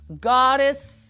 goddess